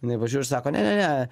jinai pažiūri ir sako ne ne ne